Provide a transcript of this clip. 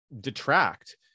detract